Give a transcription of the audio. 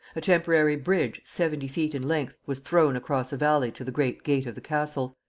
a temporary bridge seventy feet in length was thrown across a valley to the great gate of the castle,